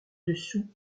dessous